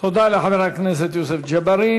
תודה לחבר הכנסת יוסף ג'בארין.